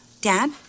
Dad